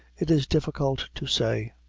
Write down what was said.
it is difficult to say.